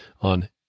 on